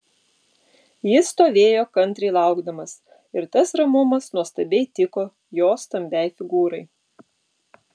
jis stovėjo kantriai laukdamas ir tas ramumas nuostabiai tiko jo stambiai figūrai